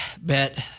bet